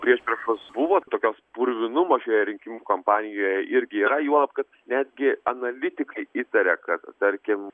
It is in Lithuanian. priešpriešos buvo tokios purvinumo šioje rinkimų kampanijoje irgi yra juolab kad netgi analitikai įtaria kad tarkim